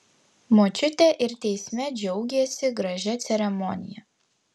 močiutė ir teisme džiaugėsi gražia ceremonija